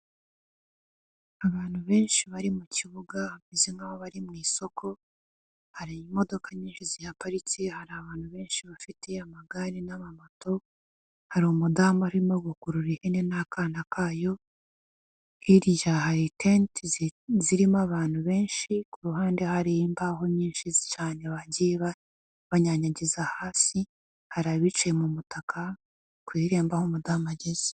Abantu benshi bari mu kibuga bameze nkaho bari mu isoko, hari imodoka nyinshi zihparitse, hari abantu benshi bafite amagare n'amamoto, hari umudamu arimo gukurura ihene n'akana kayo, hiya hari itenti zirimo abantu benshi, ku ruhande hari imbaho nyinshi cyane bagiye banyanyagiza hasi, hari abicaye mu mutaka ku iremba aho umudamu ageze.